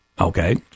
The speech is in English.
okay